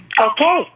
Okay